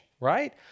right